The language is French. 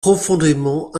profondément